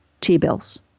T-bills